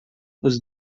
nos